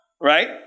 Right